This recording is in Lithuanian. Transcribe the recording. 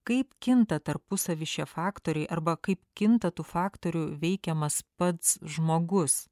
kaip kinta tarpusavy šie faktoriai arba kaip kinta tų faktorių veikiamas pats žmogus